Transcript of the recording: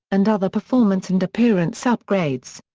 and other performance and appearance upgrades.